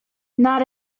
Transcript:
not